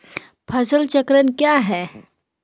फसल चक्रण क्या है?